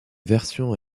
version